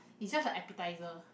is just appetizer